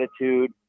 attitude